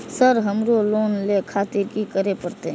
Sir हमरो loan ले खातिर की करें परतें?